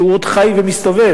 שעוד חי ומסתובב.